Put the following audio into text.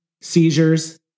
seizures